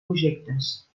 projectes